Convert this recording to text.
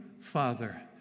Father